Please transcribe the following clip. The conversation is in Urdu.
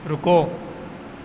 رکو